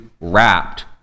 wrapped